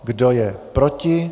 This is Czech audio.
Kdo je proti?